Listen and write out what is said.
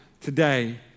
Today